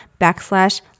backslash